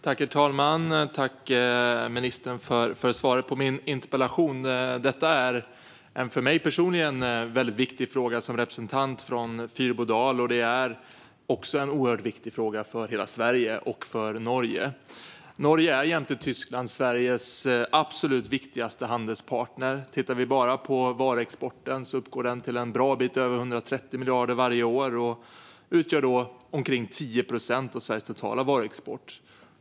Herr talman! Tack, ministern, för svaret på min interpellation! Detta är en väldigt viktig fråga för mig personligen, som representant från Fyrbodal. Det är också en oerhört viktig fråga för hela Sverige och för Norge. Norge är jämte Tyskland Sveriges absolut viktigaste handelspartner. Bara varuexporten uppgår till en bra bit över 130 miljarder varje år och utgör omkring 10 procent av Sveriges totala varuexport.